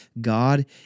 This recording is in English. God